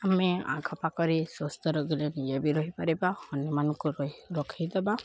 ଆମେ ଆଖପାଖରେ ସୁସ୍ଥ ରୋଗୀରେ ବି ରହିପାରିବା ଅନ୍ୟମାନଙ୍କୁ ରଖାଇଦବା